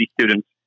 students